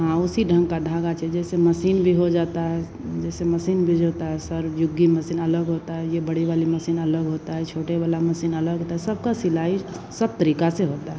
हाँ उसी ढंग का धागा चाहिए जैसे मसीन भी हो जाती है स जैसे मसीन भी जो होती है सर जुग्गी मसीन अलग होती है यह बड़ी वाली मसीन अलग होती है छोटी वाली मसीन अलग होती है सबकी सिलाई सब तरीक़े से होती है